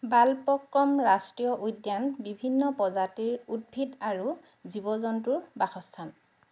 বাল পক্ৰম ৰাষ্ট্ৰীয় উদ্যান বিভিন্ন প্ৰজাতিৰ উদ্ভিদ আৰু জীৱ জন্তুৰ বাসস্থান